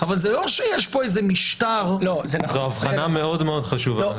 אבל זה לא שיש פה איזה משטר --- זאת הבחנה מאוד מאוד חשובה.